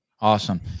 awesome